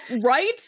right